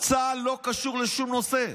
צה"ל לא קשור לשום נושא,